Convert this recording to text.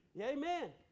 Amen